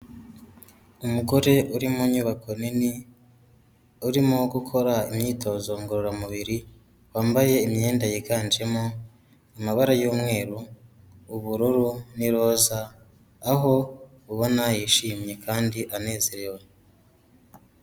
Umugore uri mu nyubako nini urimo gukora imyitozo ngororamubiri, wambaye imyenda yiganjemo amabara y'umweru, ubururu n'iroza, aho ubona yishimye kandi anezerewe.